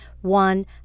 one